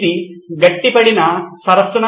ఇది గడ్డకట్టిన సరస్సునా